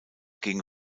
gegen